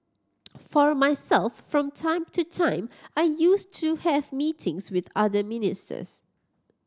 for myself from time to time I used to have meetings with other ministers